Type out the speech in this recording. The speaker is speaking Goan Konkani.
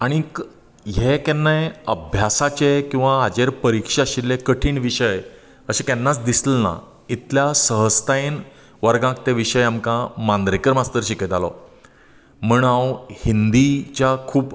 आनी हे केन्नाय अभ्यासाचे किंवा हाजेर परिक्षा आशिल्ले कठीण विशय अशें केन्नाच दिसलें ना इतल्या सहजतायेन वर्गाक ते विशय आमकां मांद्रेकर मास्तर शिकयतालो म्हूण हांव हिंदीच्या खूब